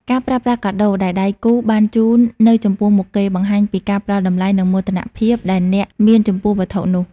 ការប្រើប្រាស់កាដូដែលដៃគូបានជូននៅចំពោះមុខគេ បង្ហាញពីការផ្ដល់តម្លៃ និងមោទនភាពដែលអ្នកមានចំពោះវត្ថុនោះ។